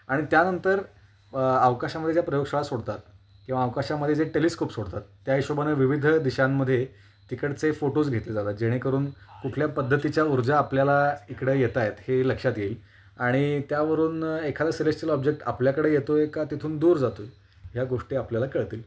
आणि त्यानंतर अवकाशामध्ये ज्या प्रयोगशाळा सोडतात किंवा अवकाशामध्ये जे टेलिस्कोप सोडतात त्या हिशोबाने विविध दिशांमध्ये तिकडचे फोटोज घेतले जातात जेणेकरून कुठल्या पद्धतीच्या ऊर्जा आपल्याला इकडं येत आहेत हे लक्षात येईल आणि त्यावरून एखादा सेलेस्टियल ऑब्जेक्ट आपल्याकडे येतो आहे का तिथून दूर जातो ह्या गोष्टी आपल्याला कळतील